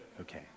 Okay